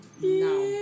now